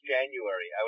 January